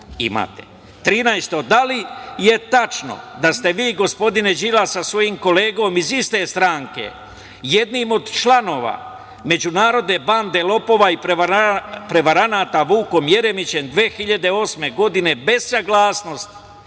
da li je tačno da ste vi, gospodine Đilas, sa svojim kolegom iz iste stranke, jednim od članova međunarodne bande lopova i prevaranata, Vukom Jeremićem 2008. godine, bez saglasnosti